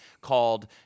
called